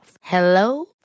Hello